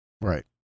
right